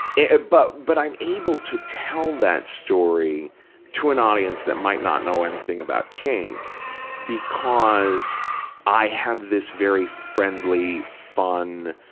ah but but i'm able to tell that story to an audience that might not know anything about kink because i have this very friendly, fun,